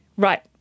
Right